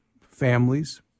families